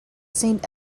saint